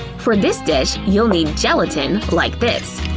for this dish, you'll need gelatin like this.